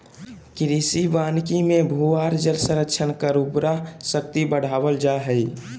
कृषि वानिकी मे भू आर जल संरक्षण कर उर्वरा शक्ति बढ़ावल जा हई